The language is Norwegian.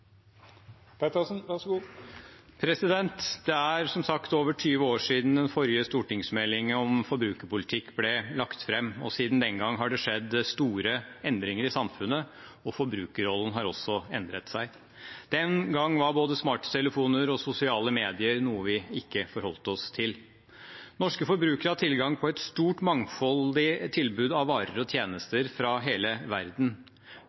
sagt over 20 år siden den forrige stortingsmeldingen om forbrukerpolitikk ble lagt fram. Siden den gang har det skjedd store endringer i samfunnet, og forbrukerrollen har også endret seg. Den gang var både smarttelefoner og sosiale medier noe vi ikke forholdt oss til. Norske forbrukere har tilgang på et stort, mangfoldig tilbud av varer og tjenester fra hele verden.